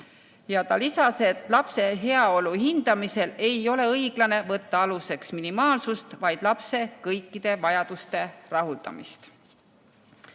Ta lisas, et lapse heaolu hindamisel ei ole õiglane võtta aluseks minimaalsust, vaid lapse kõikide vajaduste rahuldamist. Nüüd,